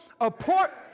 apart